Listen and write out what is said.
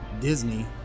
Disney